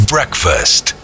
Breakfast